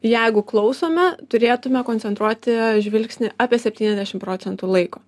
jeigu klausome turėtume koncentruoti žvilgsnį apie septyniasdešim procentų laiko